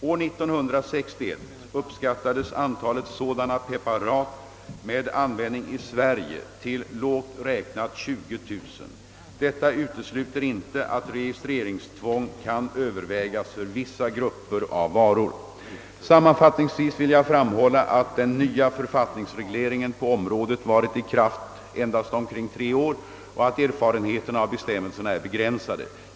År 1961 uppskattades antalet sådana preparat med användning i Sverige till lågt räknat 20 000. Detta utesluter inte att registreringstvång kan övervägas för vissa grupper av varor. Sammanfattningsvis vill jag framhålla att den nya författningsregleringen på området varit i kraft endast omkring tre år och att erfarenheterna av bestämmelserna är begränsade.